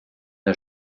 der